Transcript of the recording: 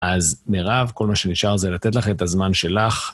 אז מחר, כל מה שנשאר זה לתת לך את הזמן שלך.